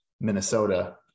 Minnesota